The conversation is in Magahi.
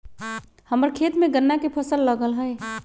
हम्मर खेत में गन्ना के फसल लगल हई